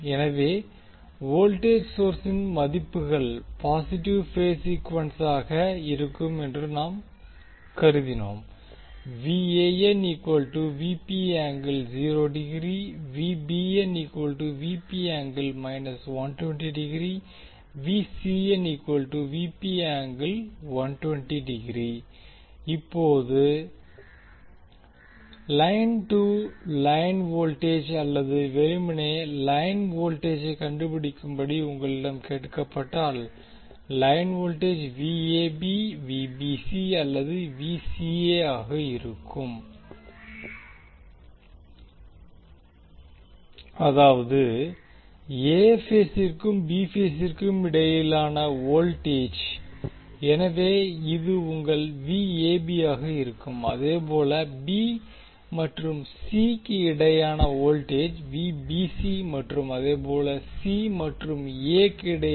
எனவே வோல்டேஜ் சோர்ஸின் மதிப்புகள் பாசிட்டிவ் பேஸ் சீக்குவென்ஸாக இருக்கும் என்று நாம் கருதினோம் இப்போது லைன் டு லைன் வோல்டேஜ் அல்லது வெறுமனே லைன் வோல்டேஜை கண்டுபிடிக்கும்படி உங்களிடம் கேட்கப்பட்டால் லைன் வோல்டேஜ் அல்லது ஆக இருக்கும் அதாவது எ பேஸிற்கும் பி பேஸிற்கும் இடையிலான வோல்டேஜ் எனவே இது உங்கள் ஆக இருக்கும் அதேபோல் பி மற்றும் சி இடையேயான வோல்டேஜ் மற்றும் இதேபோல் மீண்டும் சி மற்றும் ஏ இடையே